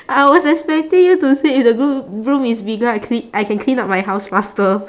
I was expecting you to say if the broo~ broom is bigger I clea~ I can clean up my house faster